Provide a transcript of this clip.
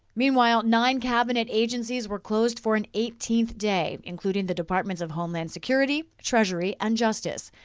meanwhile, nine cabinet agencies were closed for an eighteenth day, including the departments of homeland security, treasury and justice.